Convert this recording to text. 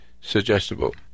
suggestible